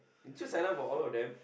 just sign up for all of them